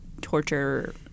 torture